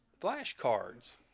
flashcards